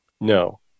no